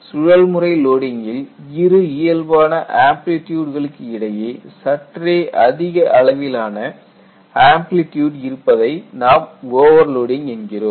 இந்த சுழல் முறை லோடிங்கில் இரு இயல்பான ஆம்ப்லிட்யூட் களுக்கிடையே சற்றே அதிக அளவிலான ஆம்ப்லிட்யூட் இருப்பதை நாம் ஓவர்லோடிங் என்கிறோம்